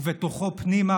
ובתוכו פנימה,